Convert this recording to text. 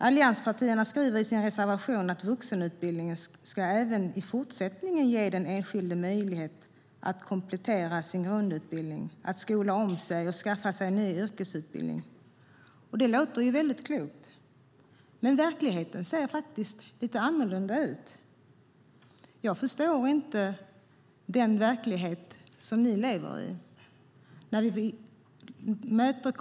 Allianspartierna skriver i sin reservation att vuxenutbildningen även i fortsättningen ska ge den enskilde möjlighet att komplettera sin grundutbildning, skola om sig och skaffa en ny yrkesutbildning. Det låter klokt, men verkligheten ser annorlunda ut. Jag förstår inte vilken verklighet ni lever i.